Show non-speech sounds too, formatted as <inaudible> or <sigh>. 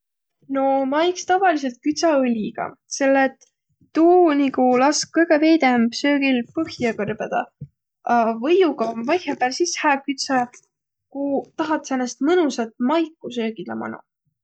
No ma iks tavalidsõlt küdsä õligaq, selle et uu nigu lask kõgõ veidemb söögil põhja kõrbõdaq- A võiuga <noise> om või-ollaq sis hää kütsäq, ku tahat säänest mõnusat maiku söögile manoq.